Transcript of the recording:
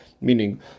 Meaning